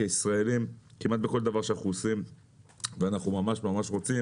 כי ישראלים כמעט בכל דבר שאנחנו עושים ואנחנו ממש רוצים,